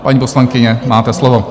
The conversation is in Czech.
Paní poslankyně, máte slovo.